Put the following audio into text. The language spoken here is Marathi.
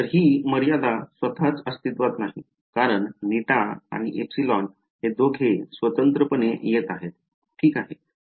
तर ही मर्यादा स्वतःच अस्तित्त्वात नाही कारण η आणि ε हे दोघे स्वतंत्रपणे येत आहेत ठीक आहे